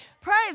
Praise